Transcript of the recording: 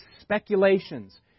speculations